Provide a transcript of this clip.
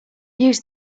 use